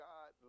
God